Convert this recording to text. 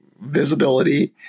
visibility